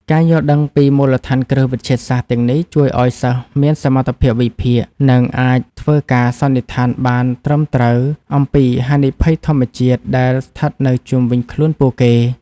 ការយល់ដឹងពីមូលដ្ឋានគ្រឹះវិទ្យាសាស្ត្រទាំងនេះ ជួយឱ្យសិស្សមានសមត្ថភាពវិភាគ និងអាចធ្វើការសន្និដ្ឋានបានត្រឹមត្រូវអំពីហានិភ័យធម្មជាតិដែលស្ថិតនៅជុំវិញខ្លួនពួកគេ។